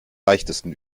leichtesten